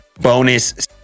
bonus